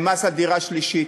למס הדירה השלישית.